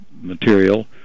material